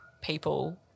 people